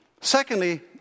Secondly